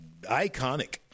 iconic